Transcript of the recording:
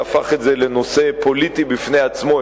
שהפך את זה לנושא פוליטי בפני עצמו,